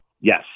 Yes